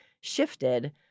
shifted